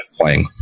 playing